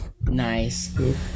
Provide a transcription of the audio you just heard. Nice